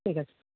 ঠিক আছে